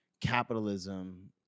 capitalism